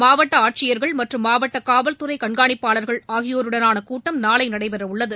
மாவட்ட ஆட்சியர்கள் மற்றும் மாவட்ட காவல்துறை கண்காணிப்பாளர்கள் ஆகியோருடனான கூட்டம் நாளை நடைபெறவுள்ளது